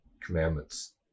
commandments